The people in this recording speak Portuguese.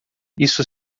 isso